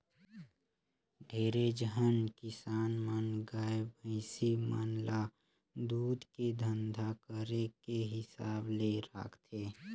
ढेरे झन किसान मन गाय, भइसी मन ल दूद के धंधा करे के हिसाब ले राखथे